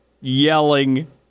Yelling